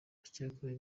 abakekwaho